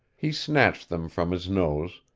he snatched them from his nose,